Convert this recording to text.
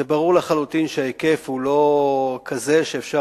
ברור לחלוטין שההיקף הוא לא כזה שאפשר